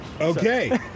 Okay